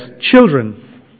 children